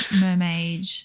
mermaid